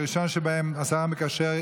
הראשון שבהם הוא השר המקשר.